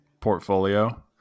portfolio